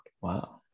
wow